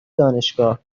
دانشگاه